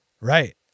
Right